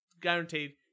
guaranteed